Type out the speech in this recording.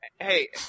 Hey